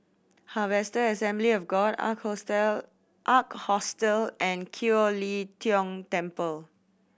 Harvester Assembly of God Ark Hostel Ark Hostle and Kiew Lee Tong Temple